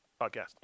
podcast